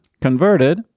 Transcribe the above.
converted